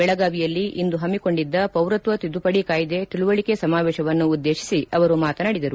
ಬೆಳಗಾವಿಯಲ್ಲಿ ಇಂದು ಹಮ್ನಿಕೊಂಡಿದ್ದ ಪೌರತ್ವ ತಿದ್ದುಪಡಿ ಕಾಯ್ದೆ ತಿಳುವಳಿಕೆ ಸಮಾವೇಶವನ್ನು ಉದ್ದೇಶಿಸಿ ಅವರು ಮಾತನಾಡಿದರು